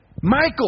Michael